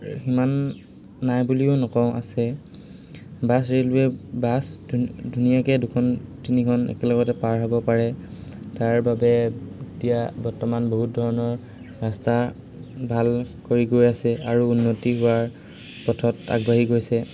সিমান নাই বুলিও নকওঁ আছে বাছ ৰে'লৱে' বাছ ধুনীয়াকৈ দুখন তিনিখন একেলগতে পাৰ হ'ব পাৰে তাৰ বাবে এতিয়া বৰ্তমান বহুত ধৰণৰ ৰাস্তা ভাল কৰি গৈ আছে আৰু উন্নতি হোৱাৰ পথত আগবাঢ়ি গৈছে